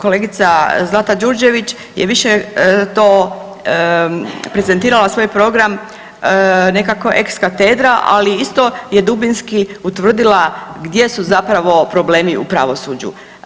Kolegica Zlata Đurđević je više to prezentirala svoj program nekako ex katedra, ali isto je dubinski utvrdila gdje su zapravo problemi u pravosuđu.